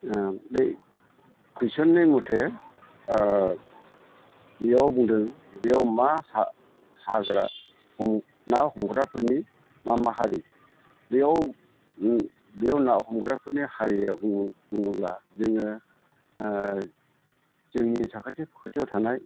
बै कुइसननि मथे बेयाव बुंदों बेयाव मा हाग्रा हमग्रा ना हमग्राफोरनि मा मा हारि बेयाव ना हमग्राफोरनि हारि होनना बुङोब्ला जोङो जोंनि साखाथि फाखाथियाव थानाय